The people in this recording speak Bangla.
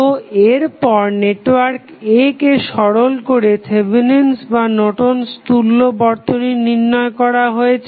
তো এর পর নেটওয়ার্ক A কে সরল করে থেভেনিন'স বা নর্টন'স তুল্য Thevenins and Nortons equivalent বর্তনী নির্ণয় করা হয়েছে